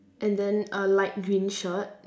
and then a light green shirt